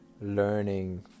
learning